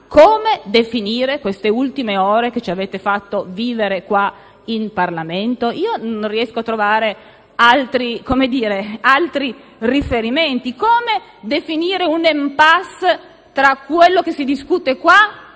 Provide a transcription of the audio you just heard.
come definire queste ultime ore che ci avete fatto vivere in Parlamento? Non riesco a trovare altri riferimenti. Come definire un *impasse* tra ciò di cui si discute qua e